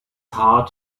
heart